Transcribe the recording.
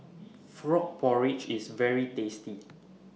Frog Porridge IS very tasty